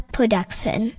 Production